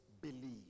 believe